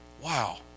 wow